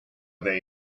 they